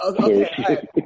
Okay